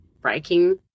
breaking